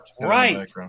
right